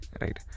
right